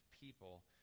people